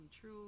true